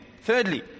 Thirdly